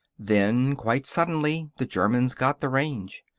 then, quite suddenly, the germans got the range.